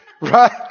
Right